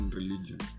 religion